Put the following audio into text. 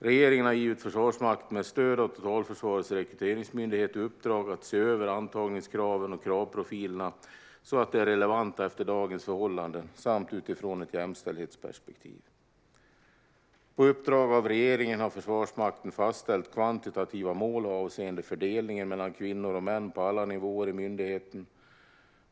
Regeringen har givit Försvarsmakten med stöd av Totalförsvarets rekryteringsmyndighet i uppdrag att se över antagningskraven och kravprofilerna så att de är relevanta i förhållande till dagens förhållanden samt utifrån ett jämställdhetsperspektiv. På uppdrag av regeringen har Försvarsmakten fastställt kvantitativa mål avseende fördelningen mellan kvinnor och män på alla nivåer i myndigheten.